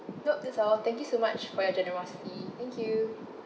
no that's all thank you so much for your generosity thank you